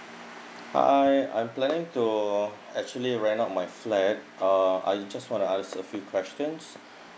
hi I'm planning to actually rent out my flat uh I just want to ask a few questions